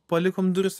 palikom duris